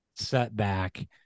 setback